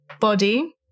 body